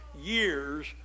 years